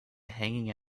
hanging